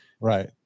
Right